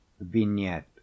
vignette